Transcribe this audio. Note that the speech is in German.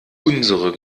unsere